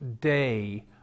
day